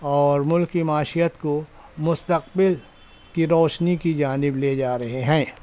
اور ملک کی معیشت کو مستقبل کی روشنی کی جانب لے جا رہے ہیں